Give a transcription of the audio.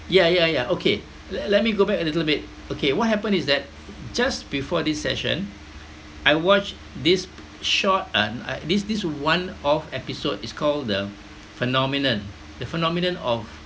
ya ya ya okay let let me go back a little bit okay what happen is that just before this session I watch this short uh this this one-off episode it's called uh phenomenon the phenomenon of